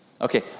Okay